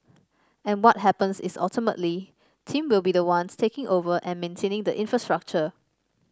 and what happens is ultimately team will be the ones taking over and maintaining the infrastructure